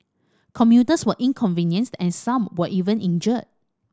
commuters were inconvenienced and some were even injured